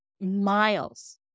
miles